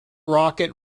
rocket